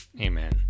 Amen